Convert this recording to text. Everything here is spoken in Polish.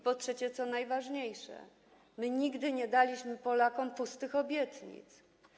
Po trzecie, najważniejsze, nigdy nie składaliśmy Polakom pustych obietnic.